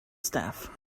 staff